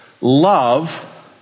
love